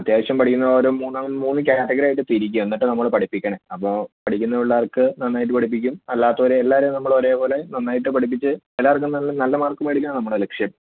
അത്യാവശ്യം പഠിക്കുന്നവരെ മൂന്ന് മൂന്ന് കാറ്റഗറി ആയിട്ട് തിരിക്കും എന്നിട്ടാണ് നമ്മൾ പഠിപ്പിക്കുന്നത് അപ്പോൾ പഠിക്കുന്ന പിള്ളേർക്ക് നന്നായിട്ട് പഠിപ്പിക്കും അല്ലാത്തവരെ എല്ലാവരെയും നമ്മൾ ഒരേ പോലെ നന്നായിട്ട് പഠിപ്പിച്ച് എല്ലാവർക്കും നല്ല നല്ല മാർക്ക് മേടിക്കുവാണ് നമ്മുടെ ലക്ഷ്യം